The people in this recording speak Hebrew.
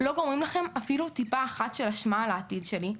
לא גורמים לכם אפילו טיפה אחת של אשמה על העתיד שלי,